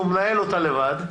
שהוא מנהל אותה לבד.